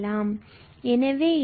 எனவே இதை 𝑛−1